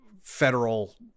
federal